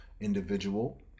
individual